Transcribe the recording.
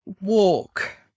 walk